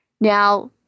Now